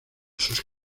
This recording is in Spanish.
sus